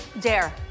Dare